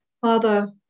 Father